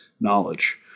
knowledge